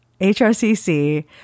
HRCC